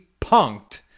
punked